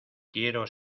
quiero